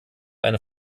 eine